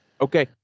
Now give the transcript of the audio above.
Okay